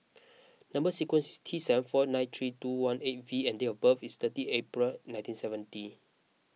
Number Sequence is T seven four nine three two one eight V and date of birth is thirty April nineteen seventy